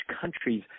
countries